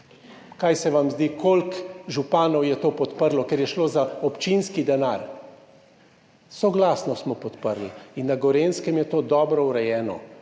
Kaj se vam zdi, koliko županov je to podprlo, ker je šlo za občinski denar? Soglasno smo to podprli in na Gorenjskem je to dobro urejeno.